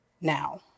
now